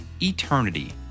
eternity